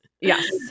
Yes